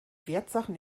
wertsachen